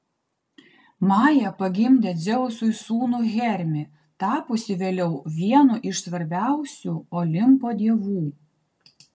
maja pagimdė dzeusui sūnų hermį tapusį vėliau vienu iš svarbiausių olimpo dievų